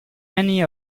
many